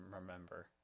remember